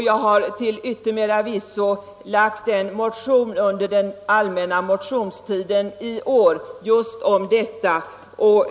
Jag har till yttermera visso i år väckt en motion om detta under den allmänna motionstiden.